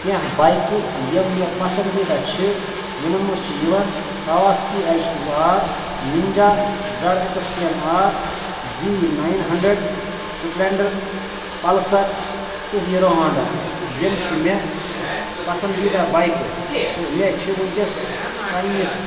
کیٚنٛہہ بایکہٕ یِم مےٚ پسندیٖدہ چھِ یِمَن منٛز چھِ یِوان Kawasaki H two R Ninja Z X ten R Z nine hundred Splendor Pulsar تہٕ ہیٖرو ہانٛڈا یِم چھِ مےٚ پسندیٖدہ بایکہٕ تہٕ مےٚ چھِ وُنکٮ۪ن پننِس